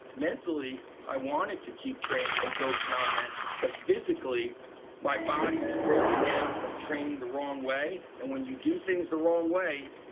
mentally i wanted to keep training and go beyond that, but physically my body was broken down from training the wrong way. and when you do things the wrong way,